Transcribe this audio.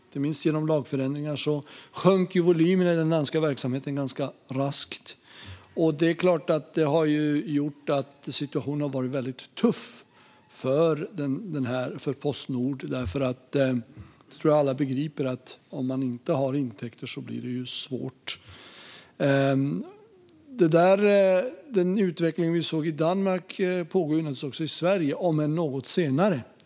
Inte minst genom lagförändringar sjönk volymerna i den danska verksamheten ganska raskt. Det är klart att det har gjort att situationen har varit väldigt tuff för Postnord. Jag tror att alla begriper att det blir svårt om man inte har intäkter. Den utveckling som vi såg i Danmark såg vi naturligtvis också i Sverige, om än något senare.